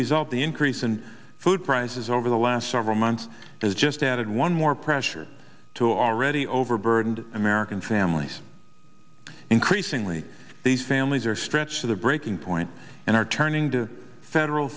result the increase in food prices over the last several months has just added one more pressure to already overburdened american families increasingly these families are stretched to the breaking point and are turning to federal